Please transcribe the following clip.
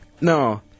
No